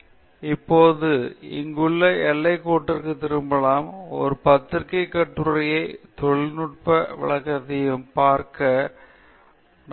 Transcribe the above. எனவே இப்போது எங்களது எல்லைக்கோட்டிற்கு திரும்பியுள்ளோம் ஒரு பத்திரிகை கட்டுரையையும் தொழில்நுட்ப விளக்கத்தையும் பார்க்க